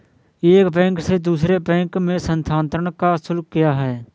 एक बैंक से दूसरे बैंक में स्थानांतरण का शुल्क क्या है?